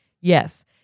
Yes